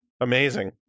amazing